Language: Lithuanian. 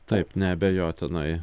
taip neabejotinai